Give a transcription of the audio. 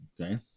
Okay